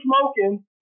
smoking